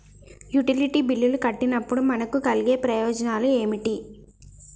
Utility బిల్లులు కట్టినప్పుడు మనకు కలిగే ప్రయోజనాలు ఏమిటి?